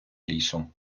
лісу